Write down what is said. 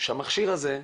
שהמכשיר א.